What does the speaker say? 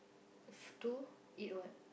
to eat what